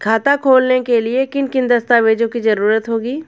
खाता खोलने के लिए किन किन दस्तावेजों की जरूरत होगी?